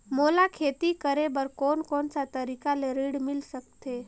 मोला खेती करे बर कोन कोन सा तरीका ले ऋण मिल सकथे?